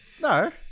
No